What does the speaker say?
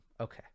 Okay